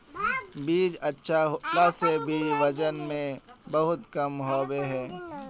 बीज अच्छा होला से भी वजन में बहुत कम होबे है?